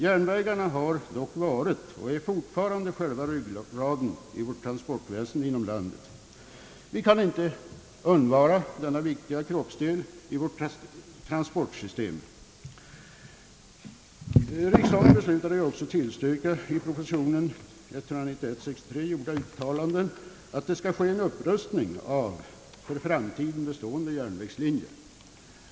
Järnvägarna har dock varit och är fortfarande själva ryggraden i vårt transportväsende. Vi kan inte undvara denna viktiga kroppsdel i transportsystemet. Riksdagen beslutade också tillstyrka i propositionen 191/63 gjorda uttalanden att det skall ske en upprustning av för framtiden bestående järnvägslinjer.